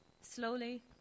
Slowly